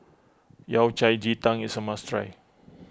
Yao Cai Ji Tang is a must try